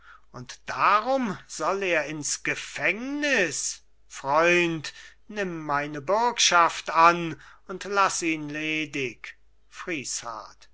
und darum soll er ins gefängnis freund nimm meine bürgschaft an und lass ihn ledig